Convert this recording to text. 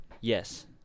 Yes